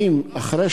אחרי